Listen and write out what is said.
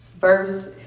verse